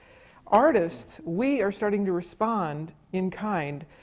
artists, we are starting to respond in kind,